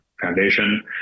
foundation